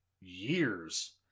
years